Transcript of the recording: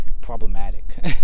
problematic